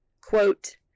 Quote